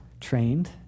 trained